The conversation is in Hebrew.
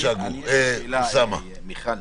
יש לי שאלה למיכל.